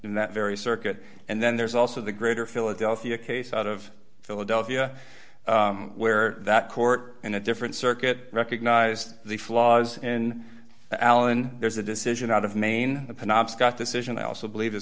in that very circuit and then there's also the greater philadelphia case out of philadelphia where that court in a different circuit recognized the flaws in allen there's a decision out of maine the penobscot decision i also believe